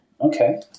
Okay